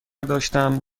داشتم